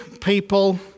people